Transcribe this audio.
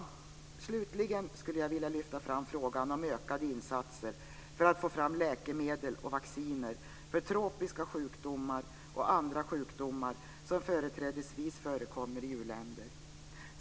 Slutligen skulle jag vilja lyfta fram frågan om ökade insatser för att få fram läkemedel och vacciner för tropiska sjukdomar och andra sjukdomar som företrädesvis förekommer i EU-länder.